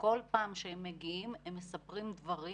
וכל פעם שהם מגיעים, הם מספרים דברים